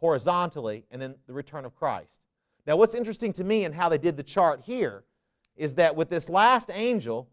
horizontally and then the return of christ now, what's interesting to me and how they did the chart here is that with this last angel?